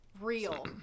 real